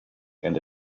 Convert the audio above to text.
and